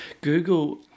Google